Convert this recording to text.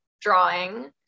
drawing